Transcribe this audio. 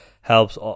helps